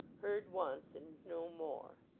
heard once, and no more.